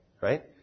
right